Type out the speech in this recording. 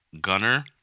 Gunner